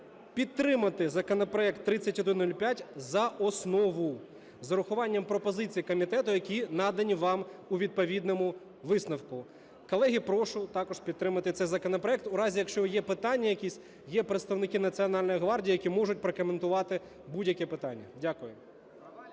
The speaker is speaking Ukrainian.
підтримати законопроект 3105 за основу з урахуванням пропозицій комітету, які надані вам у відповідному висновку. Колеги, прошу також підтримати цей законопроект. У разі, якщо є питання якісь, є представники Національної гвардії, які можуть прокоментувати будь-яке питання. Дякую.